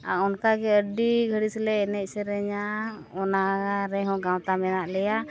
ᱟᱨ ᱚᱱᱠᱟ ᱜᱮ ᱟᱹᱰᱤ ᱜᱷᱟᱹᱲᱤᱡ ᱞᱮ ᱮᱱᱮᱡ ᱥᱮᱨᱮᱧᱟ ᱚᱱᱟ ᱨᱮᱦᱚᱸ ᱜᱟᱶᱛᱟ ᱢᱮᱱᱟᱜ ᱞᱮᱭᱟ